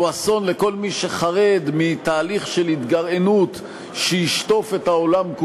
הוא אסון לכל מי שחרד מתהליך של התגרענות שישטוף את העולם,